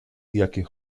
jakie